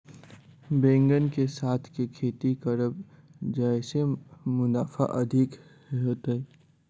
बैंगन कऽ साथ केँ खेती करब जयसँ मुनाफा अधिक हेतइ?